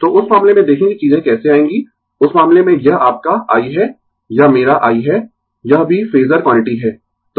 तो उस मामले में देखें कि चीजें कैसे आएंगी उस मामले में यह आपका yi है यह मेरा i है यह भी फेजर क्वांटिटी है